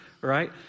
right